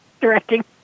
directing